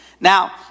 Now